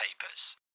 Papers